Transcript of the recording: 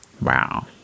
Wow